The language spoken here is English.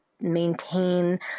maintain